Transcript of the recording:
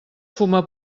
fuma